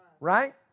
Right